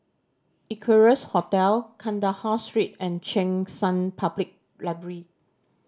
Equarius Hotel Kandahar Street and Cheng San Public Library